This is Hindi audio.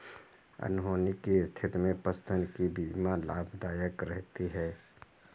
अनहोनी की स्थिति में पशुधन की बीमा लाभदायक रहती है